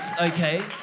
okay